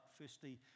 firstly